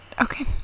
Okay